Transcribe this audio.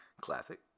Classic